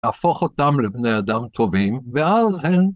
‫להפוך אותם לבני אדם טובים, ‫ואז הם...